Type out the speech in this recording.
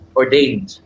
ordained